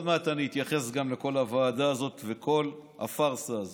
עוד מעט אני אתייחס לכל הוועדה הזאת וכל הפארסה הזאת.